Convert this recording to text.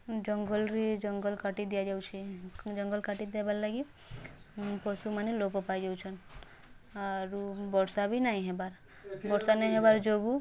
ଜଙ୍ଗଲରେ ଜଙ୍ଗଲ କାଟି ଦିଆଯାଉଚି ଜଙ୍ଗଲ କାଟି ଦେବାର୍ଲାଗି ପଶୁମାନେ ଲୋପ ପାଇଯାଉଛନ୍ତି ଆରୁ ବର୍ଷା ନାଇଁ ହବାର୍ ବର୍ଷା ନାଇଁ ହବାର୍ ଯୋଗୁଁ